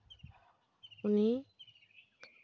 ᱩᱱᱤ